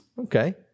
Okay